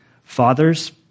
Fathers